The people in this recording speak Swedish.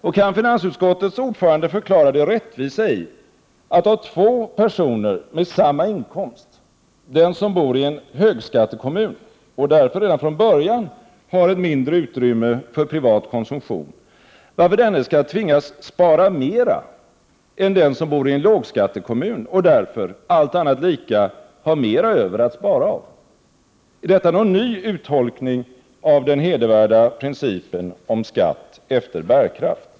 Och kan finansutskottets ordförande förklara det rättvisa i att av två personer med samma inkomst den som bor i en högskattekommun och därför redan från början har ett mindre utrymme för privat konsumtion skall tvingas spara mera än den som bor i en lågskattekommun och därför — allt annat lika — har mera över att spara av? Är det någon ny uttolkning av den hedervärda principen om skatt efter bärkraft?